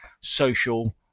social